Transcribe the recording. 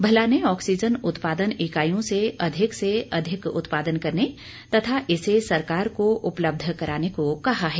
भल्ला ने ऑक्सीजन उत्पादन इकाइयों से अधिक से अधिक उत्पादन करने तथा इसे सरकार को उपलब्ध कराने को कहा है